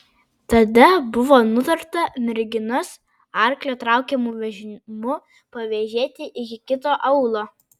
tada buvo nutarta merginas arklio traukiamu vežimu pavėžėti iki kito aūlo